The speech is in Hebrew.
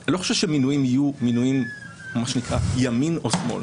אני לא חושב שמינויים יהיו מינויים של מה שנקרא ימין או שמאל.